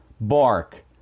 Bark